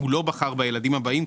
ולא בחר בילדים הבאים,